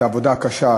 את העבודה הקשה,